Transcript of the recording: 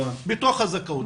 בתוך הזכאות.